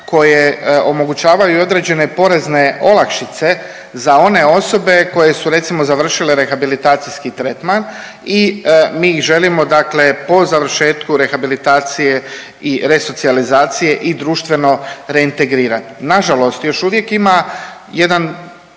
koje omogućavaju i određene porezne olakšice za one osobe koje su recimo završile rehabilitacijski tretman i mi ih želimo dakle po završetku rehabilitacije i resocijalizacije i društveno reintegrirat. Nažalost, još uvijek ima jedan